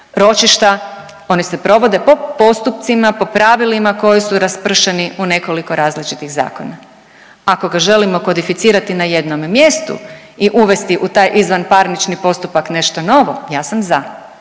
ročišta, oni se provode po postupcima, po pravilima koji su raspršeni u nekoliko različitih zakona. Ako ga želimo kodificirati na jednom mjestu i uvesti u taj izvanparnični postupak nešto novo, ja sam za.